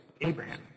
Abraham